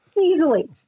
Easily